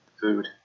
food